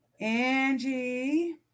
Angie